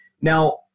Now